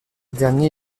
dernier